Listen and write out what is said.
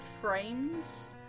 frames